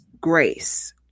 grace